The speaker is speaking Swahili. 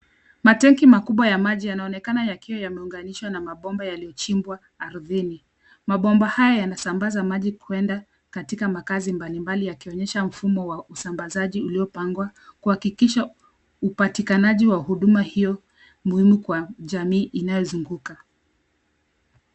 Matenki makubwa ya maji yanaonekana yakiwa yameunganishwa na mabomba yaliyochimbwa ardhini. Mabomba haya yanasambaza maji kwenda katika makazi mbalimbali yakionyesha mfumo wa usambazaji uliopangwa; kuhakikisha upatikanaji wa huduma hiyo muhimu kwa jamii inayozunguka.